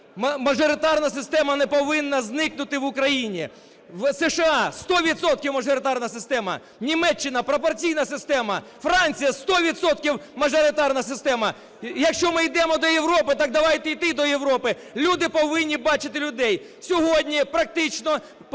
Мажоритарна система не повинна зникнути в Україні. В США - сто відсотків мажоритарна система; Німеччина – пропорційна система; Франція – сто відсотків мажоритарна система. Якщо ми йдемо до Європи - так давайте йти до Європи. Люди повинні бачити людей. Сьогодні практично